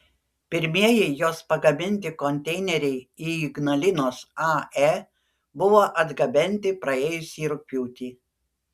pirmieji jos pagaminti konteineriai į ignalinos ae buvo atgabenti praėjusį rugpjūtį